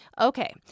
Okay